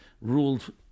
ruled